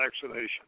vaccination